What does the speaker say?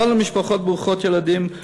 לא למשפחות ברוכות ילדים,